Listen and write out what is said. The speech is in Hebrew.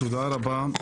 תודה רבה.